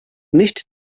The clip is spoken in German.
nicht